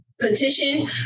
petition